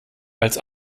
als